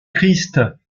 christ